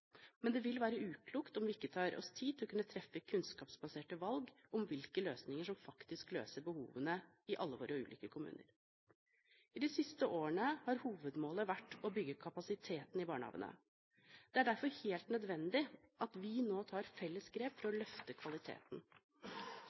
men det vil være uklokt om vi ikke tar oss tid til å kunne treffe kunnskapsbaserte valg om hvilke løsninger som faktisk løser behovene i alle våre ulike kommuner. I de siste årene har hovedmålet vært å bygge ut kapasiteten i barnehagene. Det er derfor helt nødvendig at vi nå tar felles grep for å løfte kvaliteten.